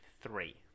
three